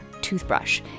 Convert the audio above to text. toothbrush